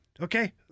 Okay